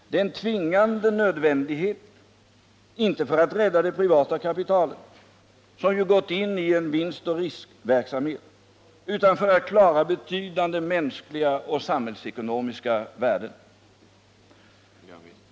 Det är en tvingande nödvändighet, inte för att rädda det privata kapitalet, som ju gått in i vinstoch riskverksamhet, utan för att klara betydande mänskliga och samhällsekonomiska värden.